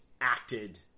acted